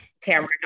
Tamara